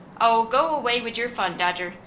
oh, go away wid your fun, dodger,